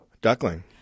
Duckling